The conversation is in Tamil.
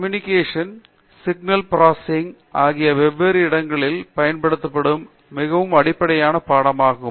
கம்யூனிகேஷன் சிக்னல் ப்ரோசஸிங் ஆகியவை வெவ்வேறு இடங்களில் பயன்படுத்தப்படும் மிகவும் அடிப்படையான பாடமாகும்